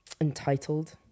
Entitled